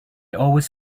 always